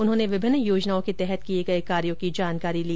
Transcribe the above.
उन्होंने विभिन्न योजनाओं के तहत किये गये कार्यों की जानकारी ली